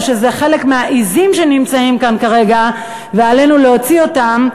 או שזה חלק מהעזים שנמצאות כאן כרגע ועלינו להוציא אותן,